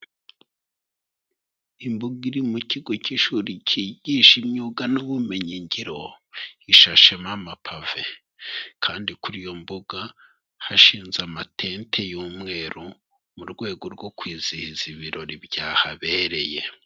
Imbuga iri mu kigo cy'ishuri cyigisha imyuga n'ubumenyi ngiro, gishashemo amapave kandi kuri iyo mbuga hashinze amatente y'umweru, mu rwego rwo kwizihiza ibirori byahabereye.